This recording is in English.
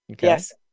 Yes